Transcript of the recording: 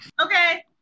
okay